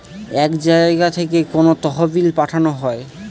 এক জায়গা থেকে কোনো তহবিল পাঠানো হয়